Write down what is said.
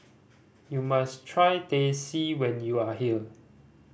you must try Teh C when you are here